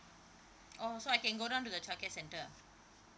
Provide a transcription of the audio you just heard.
oh so I can go down to the childcare centre